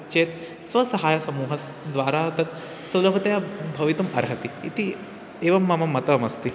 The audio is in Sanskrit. चेत् स्वसहायसमूहस् द्वारा तत् सुलभतया भवितुम् अर्हति इति एवं मम मतमस्ति